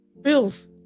bills